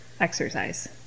exercise